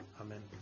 Amen